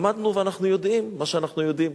למדנו ואנחנו יודעים מה שאנחנו יודעים.